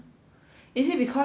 is it because the